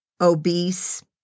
obese